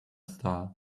star